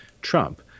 Trump